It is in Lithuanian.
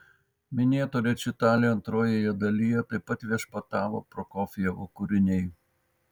minėto rečitalio antrojoje dalyje taip pat viešpatavo prokofjevo kūriniai